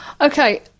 Okay